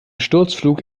sturzflug